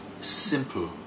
simple